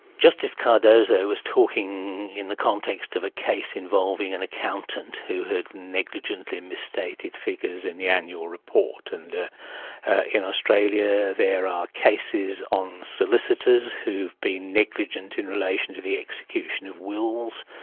justice cardozo was talking in the context of a case involving an accountant who had negligently misstated figures in the annual report, and in australia there are cases on solicitors who've been negligent in relation to the execution of wills,